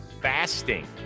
Fasting